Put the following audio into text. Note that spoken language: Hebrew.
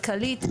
כלכלית,